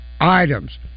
items